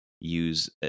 use